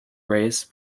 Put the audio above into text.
race